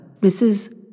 Mrs